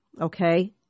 okay